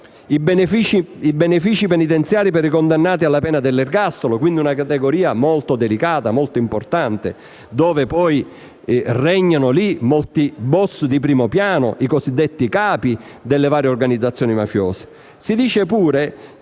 i benefici penitenziari per i condannati alla pena dell'ergastolo, ovvero una categoria molto delicata e importante, che sono i vari *boss* di primo piano, i cosiddetti capi delle varie organizzazioni mafiose.